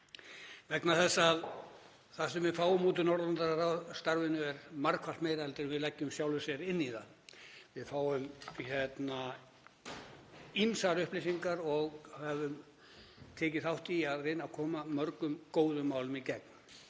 vegna þess að það sem við fáum út úr Norðurlandaráðsstarfinu er margfalt meira en það sem við leggjum í sjálfu sér inn í það. Við fáum ýmsar upplýsingar og höfum tekið þátt í að reyna að koma mörgum góðum málum í gegn,